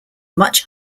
much